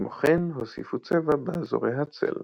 כמו כן, הוסיפו צבע באזורי הצל.